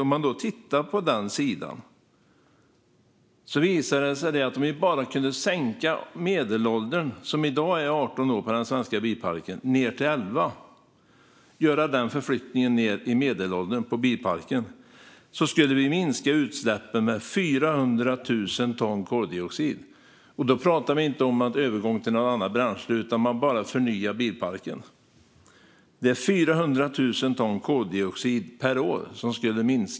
Om man tittar på den sidan visar det sig att om vi bara kunde sänka medelåldern på den svenska bilparken från 18 år, som den är i dag, till 11 år skulle vi minska utsläppen med 400 000 ton koldioxid. Då talar vi inte om en övergång till något annat bränsle utan bara om en förnyelse av bilparken. Utsläppen skulle alltså minska med 400 000 ton per år.